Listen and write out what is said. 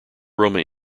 roma